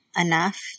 enough